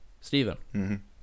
Stephen